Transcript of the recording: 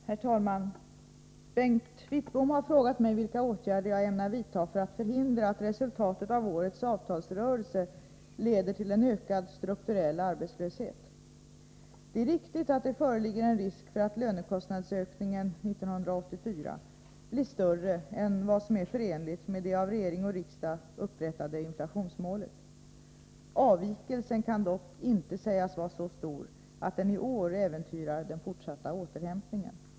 Herr talman! Bengt Wittbom har frågat mig vilka åtgärder jag ämnar vidta för att förhindra att resultatet av årets avtalsrörelse leder till en ökad strukturell arbetslöshet. Det är riktigt att det föreligger en risk för att lönekostnadsökningen 1984 blir större än vad som är förenligt med det av regering och riksdag uppställda inflationsmålet. Avvikelsen kan dock inte sägas vara så stor att den i år äventyrar den fortsatta återhämtningen.